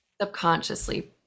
subconsciously